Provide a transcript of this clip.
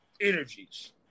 energies